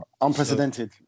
Unprecedented